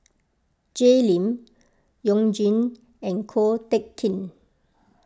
Jay Lim You Jin and Ko Teck Kin